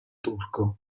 turco